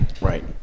Right